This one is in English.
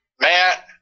Matt